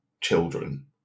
children